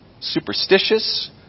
superstitious